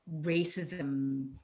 racism